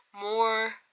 more